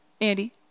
Andy